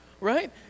right